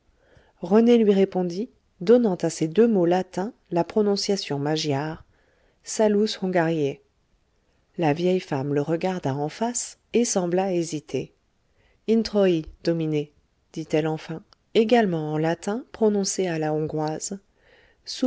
rené lui répondit donnant à ces deux mots latins la prononciation magyare salus hungariae la vieille femme le regarda en face et sembla hésiter introi domine dit-elle enfin également en latin prononcé à la hongroise